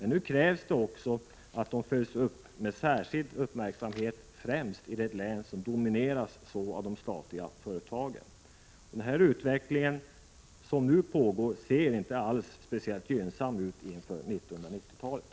Nu krävs det bara att de följs upp med särskild uppmärksamhet främst i det län som domineras av de statliga företagen. Den utveckling som nu pågår ser inte särskilt gynnsam ut inför 1990-talet.